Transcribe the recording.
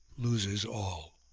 loses all.